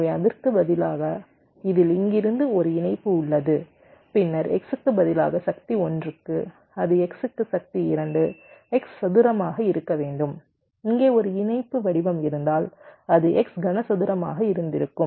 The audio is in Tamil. எனவே அதற்கு பதிலாக இதில் இங்கிருந்து ஒரு இணைப்பு உள்ளது பின்னர் x க்கு பதிலாக சக்தி 1 க்கு அது x க்கு சக்தி 2 x சதுரமாக இருக்க வேண்டும் இங்கே ஒரு இணைப்பு வடிவம் இருந்தால் அது x கனசதுரமாக இருந்திருக்கும்